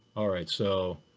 all right, so